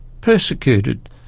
persecuted